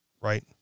right